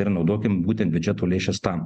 ir naudokim būtent biudžeto lėšas tam